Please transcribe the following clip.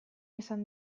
izan